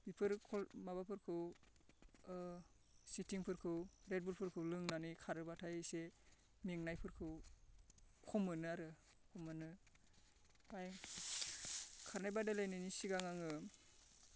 बेफोर माबाफोरखौ स्टिंफोरखौ रेडबुलफोरखौ लोंनानै खारोबाथाय इसे मेंनायफोरखौ खम मोनो आरो खम मोनो ओमफ्राय खारनाय बादायलायनायनि सिगां आङो